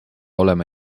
olema